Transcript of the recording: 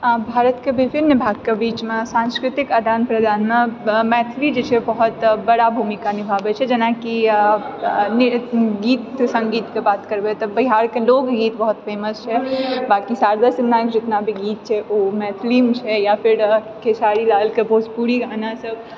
आ भारतके विभिन्न भागके बीचमे सान्स्कृतिक आदान प्रदानमे मैथिली जे छै बहुत बड़ा भूमिका निभाबै छै जेनाकि गीत सङ्गीतके बात करबै तऽ बिहारके लोक गीत बहुत फेमस छै बाँकि शारदा सिन्हाके जितना भी गीत छै ओ मैथिलीमे छै या फिर खेसारी लालके भोजपुरी गाना सभ